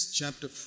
chapter